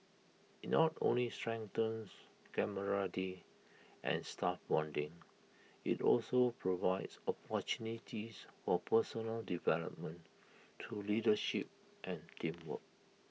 IT not only strengthens camaraderie and staff bonding IT also provides opportunities for personal development through leadership and teamwork